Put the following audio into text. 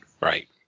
Right